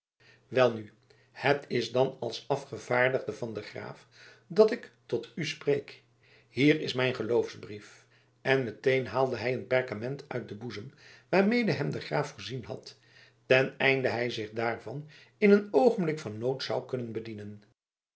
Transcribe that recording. welnu het is dan als afgevaardigde van den graaf dat ik tot u spreek hier is mijn geloofsbrief en meteen haalde hij een perkament uit den boezem waarmede hem de graaf voorzien had ten einde hij zich daarvan in een oogenblik van nood zou kunnen bedienen